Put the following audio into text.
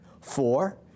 Four